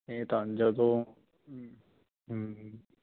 ਇਹ ਤਾਂ ਜਦੋਂ ਹਮ